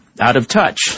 out-of-touch